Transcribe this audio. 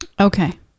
Okay